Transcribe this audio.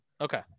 okay